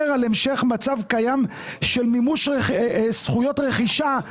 על המשך מצב קיים של מימוש זכויות רכישה.